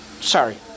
Sorry